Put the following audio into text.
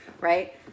right